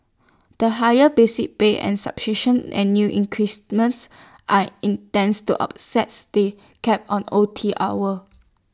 the higher basic pay and annual increments are intends to up says the cap on O T hours